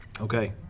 Okay